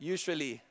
Usually